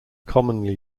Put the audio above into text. commonly